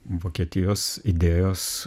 vokietijos idėjos